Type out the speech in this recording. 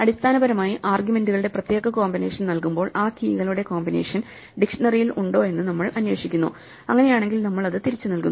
അടിസ്ഥാനപരമായി ആർഗ്യുമെൻറുകളുടെ പ്രത്യേക കോമ്പിനേഷൻ നൽകുമ്പോൾ ആ കീകളുടെ കോമ്പിനേഷൻ ഡിക്ഷ്ണറിയിൽ ഉണ്ടോയെന്ന് നമ്മൾ അന്വേഷിക്കുന്നു അങ്ങനെയാണെങ്കിൽ നമ്മൾ അത് തിരിച്ച് നൽകുന്നു